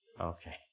Okay